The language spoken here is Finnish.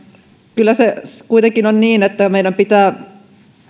kyllä se kuitenkin on niin että meidän pitää